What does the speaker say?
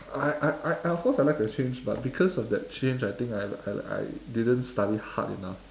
I I I I of cause I like the change but because of that change I think I I I didn't study hard enough